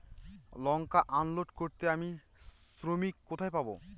লঙ্কা unload করতে আমি শ্রমিক কোথায় পাবো?